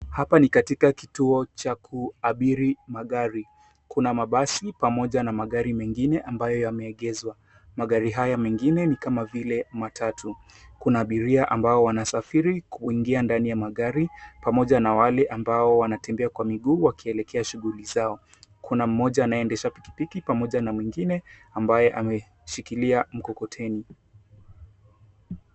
Hapa ni katika kituo cha kuabiri magari, kuna mabasi pamoja na magari mengine ambayo yameegezwa. Magari hayo mengine ni kama vile matatu, kuna abiria ambao wanasafiri kuingia ndani ya magari pamoja na wale ambao wanatembea kwa miguu wakielekea shughuli zao. kuna mmoja anayeendesha pikipiki pamoja na mwingine ambaye ameshikilia mkokoteni.